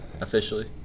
officially